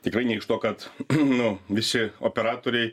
tikrai ne iš to kad nu visi operatoriai